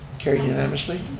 carried unanimously.